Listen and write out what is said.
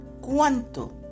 ¿Cuánto